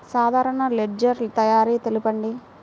సాధారణ లెడ్జెర్ తయారి తెలుపండి?